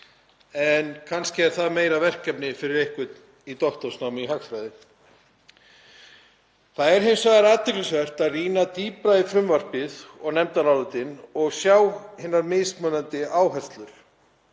En kannski er það meira verkefni fyrir einhvern í doktorsnámi í hagfræði. Það er hins vegar athyglisvert að rýna dýpra í frumvarpið og nefndarálitin og sjá hinar mismunandi áherslur.